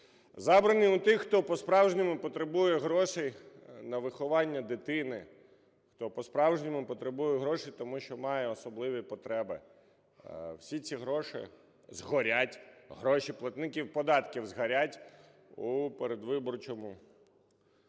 Забраний у тих, хто по-справжньому потребує грошей на виховання дитини, хто по-справжньому потребує гроші, тому що має особливі потреби. Всі ці гроші "згорять", гроші платників податків "згорять" у передвиборчому